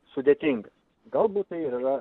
sudėtingas galbūt tai ir yra